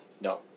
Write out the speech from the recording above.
No